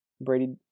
Brady